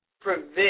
prevent